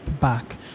back